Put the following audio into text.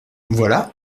voilà